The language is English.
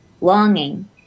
longing